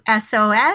SOS